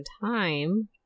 time